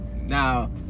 now